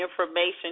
information